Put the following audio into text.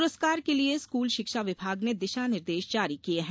पुरस्कार के लिये स्कूल शिक्षा विभाग ने दिशा निर्देश जारी किये हैं